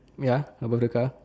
ya above the car